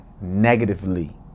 negatively